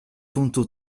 buntu